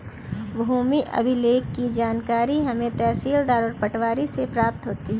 भूमि अभिलेख की जानकारी हमें तहसीलदार और पटवारी से प्राप्त होती है